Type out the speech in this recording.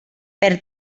per